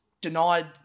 denied